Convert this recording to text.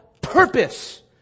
purpose